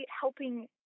helping